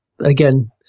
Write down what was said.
again